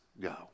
go